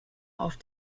auf